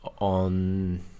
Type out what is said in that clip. on